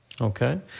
Okay